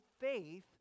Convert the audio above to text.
faith